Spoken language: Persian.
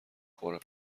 خوره